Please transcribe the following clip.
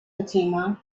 fatima